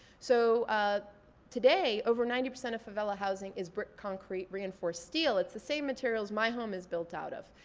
so ah today, over ninety percent of favela housing is brick concrete reinforced steel. it's the same materials as my home is built out of.